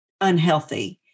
unhealthy